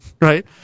right